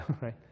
right